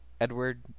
Edward